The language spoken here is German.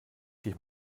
dich